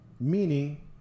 meaning